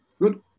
Good